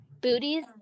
booties